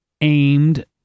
aimed